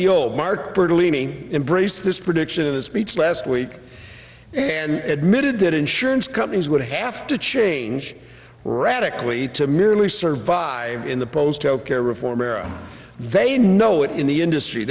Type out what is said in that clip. this prediction in a speech last week and admitted that insurance companies would have to change radically to merely survive in the post health care reform era they know it in the industry